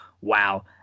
wow